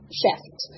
shift